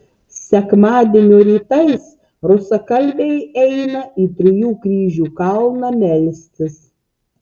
sekmadienio rytais rusakalbiai eina į trijų kryžių kalną melstis